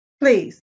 Please